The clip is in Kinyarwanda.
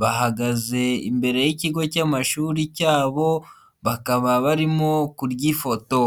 bahagaze imbere y'ikigo cy'amashuri cyabo, bakaba barimo kurya ifoto.